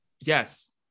Yes